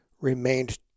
remained